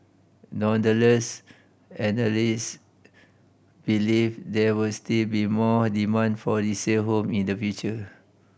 nonetheless analyst believe there will still be more demand for resale home in the future